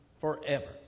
forever